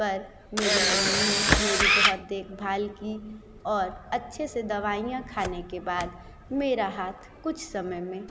पर मेरी मम्मी ने मेरी बहुत देखभाल की और अच्छे से दवाइयाँ खाने के बाद मेरा हाथ कुछ समय में